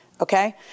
Okay